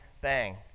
bang